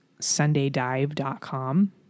sundaydive.com